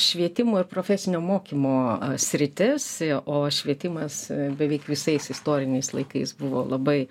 švietimo ir profesinio mokymo sritis o švietimas beveik visais istoriniais laikais buvo labai